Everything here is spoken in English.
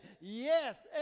Yes